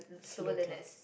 just low class